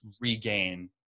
regain